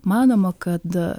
manoma kad